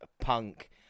Punk